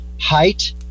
height